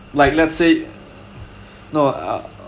like let's say no uh